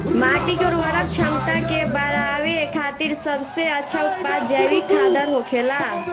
माटी के उर्वरक क्षमता के बड़ावे खातिर सबसे अच्छा उत्पाद जैविक खादर होखेला